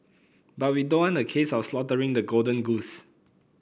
but we don't want a case of slaughtering the golden goose